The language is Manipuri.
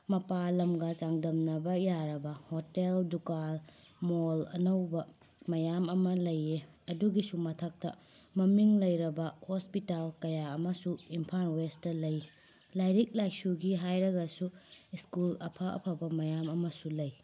ꯃꯄꯥꯜ ꯂꯝꯒ ꯆꯥꯡꯗꯝꯅꯕ ꯌꯥꯔꯕ ꯍꯣꯇꯦꯜ ꯗꯨꯀꯥꯜ ꯃꯣꯜ ꯑꯅꯧꯕ ꯃꯌꯥꯝ ꯑꯃ ꯂꯩꯌꯦ ꯑꯗꯨꯒꯤꯁꯨ ꯃꯊꯛꯇ ꯃꯃꯤꯡ ꯂꯩꯔꯕ ꯍꯣꯁꯄꯤꯇꯥꯜ ꯀꯌꯥ ꯑꯃꯁꯨ ꯏꯝꯐꯥꯟ ꯋꯦꯁꯇ ꯂꯩ ꯂꯥꯏꯔꯤꯛ ꯂꯥꯏꯁꯨꯒꯤ ꯍꯥꯏꯔꯒꯁꯨ ꯏꯁꯀꯨꯜ ꯑꯐ ꯑꯐꯕ ꯃꯌꯥꯝ ꯑꯃꯁꯨ ꯂꯩ